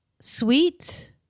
sweet